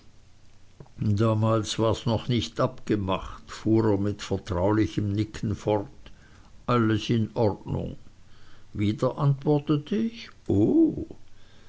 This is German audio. damals wars noch nicht abgemacht fuhr er mit vertraulichem nicken fort alles in ordnung wieder antwortete ich o